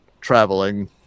traveling